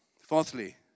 fourthly